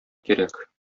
кирәк